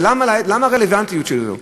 ולמה הרלוונטיות שלו?